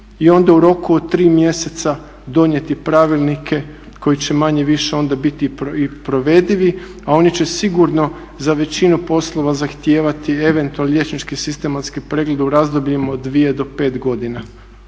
i onda u roku od 3 mjeseca donijeti pravilnike koji će manje-više onda biti i provedivi, a oni će sigurno za većinu poslova zahtijevati eventualni liječnički sistematski pregled u razdobljima od 2 do 5 godina,